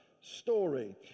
story